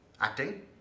acting